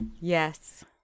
yes